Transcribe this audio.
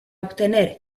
obtener